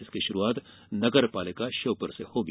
इसकी शुरूआत नगर पालिका श्योप्र से होगी